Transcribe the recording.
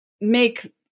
make